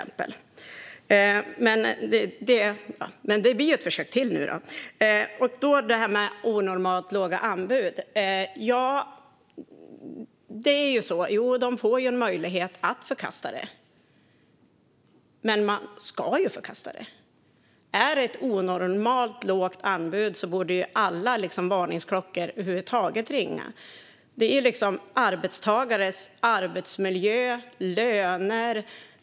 Men jag gör ett försök på nytt. Visst har man en möjlighet att förkasta onormalt låga anbud, men man ska ju förkasta det. Om anbudet är onormalt lågt borde alla varningsklockor som finns ringa. Det handlar om arbetstagares arbetsmiljö och löner.